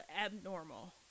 abnormal